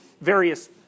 various